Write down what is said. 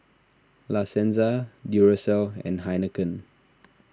La Senza Duracell and Heinekein